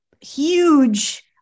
huge